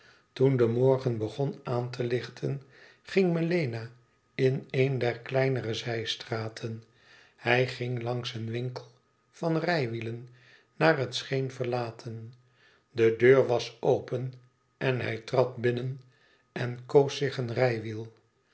toen de morgen begon aan te lichten ging melena in een der kleinere zijstraten hij ging langs een winkel van rijwielen naar het scheen verlaten de deur was open en hij trad binnen en koos zich een